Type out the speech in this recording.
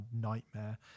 nightmare